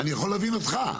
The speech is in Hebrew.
אני יכול להבין אותך,